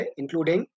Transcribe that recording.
including